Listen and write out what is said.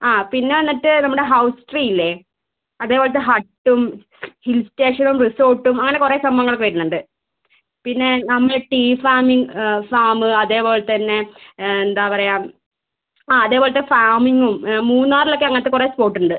ആ പിന്നെ വന്നിട്ട് നമ്മുടെ ഹൗസ് ട്രീ ഇല്ലേ അതേപോലത്തെ ഹട്ടും ഹിൽ സ്റ്റേഷനും റിസോർട്ടും അങ്ങനെ കുറേ സംഭവങ്ങളൊക്കെ വരുന്നുണ്ട് പിന്നെ നമ്മൾ ടീ ഫാമിംഗ് ഫാം അതേപോലെ തന്നെ എന്താണ് പറയുക ആ അതേപോലത്തെ ഫാമിംഗും മൂന്നാറിലൊക്കെ അങ്ങനത്തെ കുറേ സ്പോട്ട് ഉണ്ട്